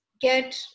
get